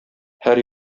һәр